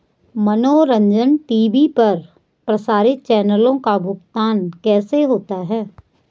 मनोरंजन टी.वी पर प्रसारित चैनलों का भुगतान कैसे होता है?